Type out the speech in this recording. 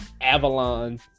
Avalon